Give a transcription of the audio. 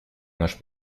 наш